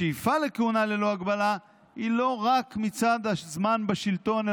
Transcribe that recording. השאיפה לכהונה ללא הגבלה היא לא רק מצד הזמן בשלטון,